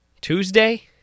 Tuesday